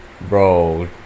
Bro